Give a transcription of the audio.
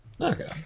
Okay